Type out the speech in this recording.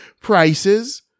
prices